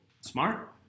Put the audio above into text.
Smart